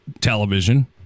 television